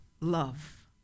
love